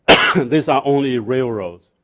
these are only railroads.